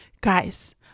Guys